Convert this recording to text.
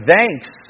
thanks